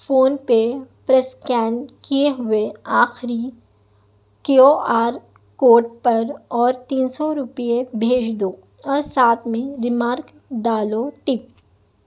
phone پے پر scan کیے ہوئے آخری کیو آر کوڈ پر اور تین سو روپے بھیج دو اور ساتھ میں ریمارک ڈالو ٹپ